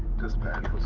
dispatch